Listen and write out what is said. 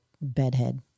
bedhead